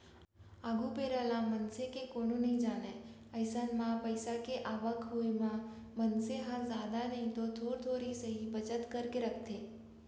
आघु बेरा ल मनसे के कोनो नइ जानय अइसन म पइसा के आवक होय म मनसे ह जादा नइतो थोर थोर ही सही बचत करके रखथे